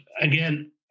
again